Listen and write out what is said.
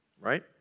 right